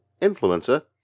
influencer